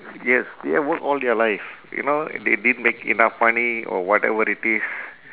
yes they've work all their life you know they didn't make enough money or whatever it is